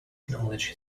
knowledge